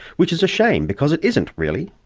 which is a shame because it isn't really.